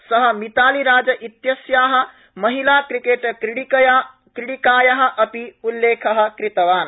स मिताली राज इत्यस्या महिला क्रिकेट कीडिकाया अपि उल्लेख कृतवान्